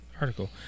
article